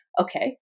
Okay